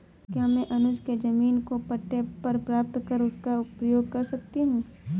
क्या मैं अनुज के जमीन को पट्टे पर प्राप्त कर उसका प्रयोग कर सकती हूं?